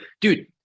dude